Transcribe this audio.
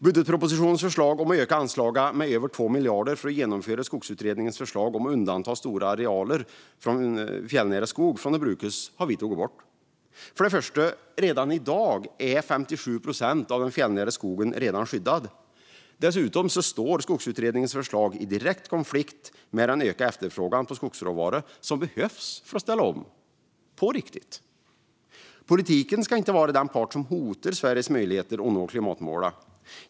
Budgetpropositionens förslag om att öka anslagen med över 2 miljarder för att genomföra Skogsutredningens förslag om att undanta stora arealer fjällnära skog från att brukas har vi tagit bort. Redan i dag är 57 procent av den fjällnära skogen skyddad. Dessutom står Skogsutredningens förslag i direkt konflikt med den ökade efterfrågan på skogsråvara som behövs för att ställa om, på riktigt. Politiken ska inte vara den part som hotar Sveriges möjligheter att nå klimatmålen.